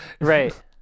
Right